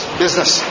business